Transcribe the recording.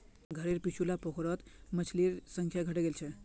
घरेर पीछू वाला पोखरत मछलिर संख्या घटे गेल छ